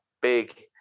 big